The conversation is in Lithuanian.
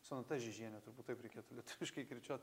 sonata žižienė turbūt taip reikėtų lietuviškai kirčiuot